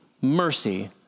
mercy